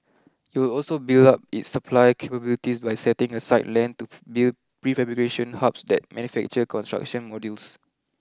it will also build up its supply capabilities by setting aside land to build prefabrication hubs that manufacture construction modules